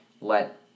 let